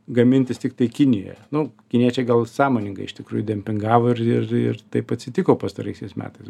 gamintis tiktai kinijoje nu kiniečiai gal sąmoningai iš tikrųjų dempingavo ir ir ir taip atsitiko pastaraisiais metais